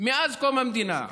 מאז קום המדינה,